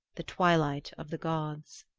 the twilight of the gods.